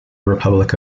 republic